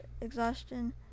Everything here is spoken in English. exhaustion